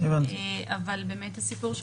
הסיפור של